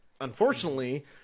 unfortunately